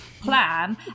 plan